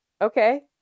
Okay